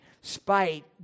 spite